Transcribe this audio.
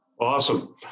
awesome